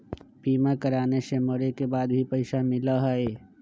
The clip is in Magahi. बीमा कराने से मरे के बाद भी पईसा मिलहई?